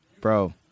bro